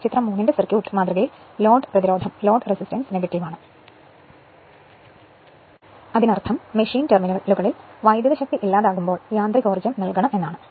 ചിത്രം 3 ന്റെ സർക്യൂട്ട് മാതൃകയിൽ load resistance load resistance negative ആണ് അതിനർത്ഥം മെഷീൻ ടെർമിനലുകളിൽ വൈദ്യുത ശക്തി ഇല്ലാതാക്കുമ്പോൾ യാന്ത്രികോർജം നൽകണം എന്നാണ്